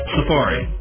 Safari